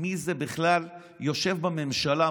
מי זה בכלל יושב בממשלה,